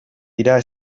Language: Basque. dira